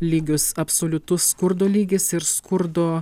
lygius absoliutus skurdo lygis ir skurdo